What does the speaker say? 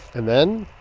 and then.